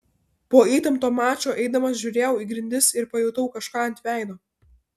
po įtempto mačo eidamas žiūrėjau į grindis ir pajutau kažką ant veido